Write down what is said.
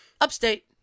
Upstate